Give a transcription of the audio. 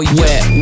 wet